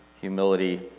humility